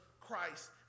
Christ